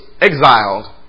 exiled